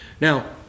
Now